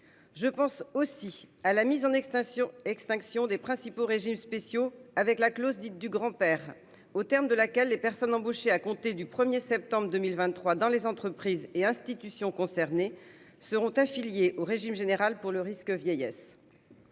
Je pense aussi à la mise en extinction des principaux régimes spéciaux et à la clause dite du grand-père, aux termes de laquelle les personnes embauchées à compter du 1 septembre 2023 dans les entreprises et institutions concernées seront affiliées au régime général pour le risque vieillesse.